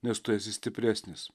nes tu esi stipresnis